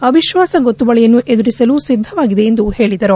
ಅವಿಶ್ವಾಸ ಗೊತ್ತುವಳಿಯನ್ನು ಎದುರಿಸಲು ಸಿದ್ದವಾಗಿದೆ ಎಂದು ಹೇಳಿದರು